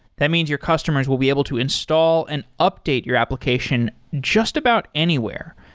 that means your customers will be able to install and update your application just about anywhere.